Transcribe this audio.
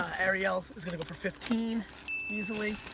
ah ariel is gonna go for fifteen easily.